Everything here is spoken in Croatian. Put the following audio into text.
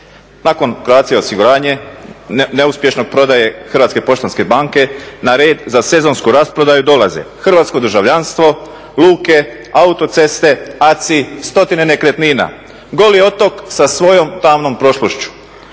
Nakon Croatia osiguranja, neuspješne prodaje Hrvatske poštanske banke, na red za sezonsku rasprodaju dolaze hrvatsko državljanstvo, luke, autoceste, …, stotine nekretnina, goli otok sa svojom … prošlošću.